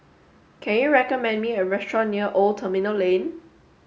can you recommend me a restaurant near Old Terminal Lane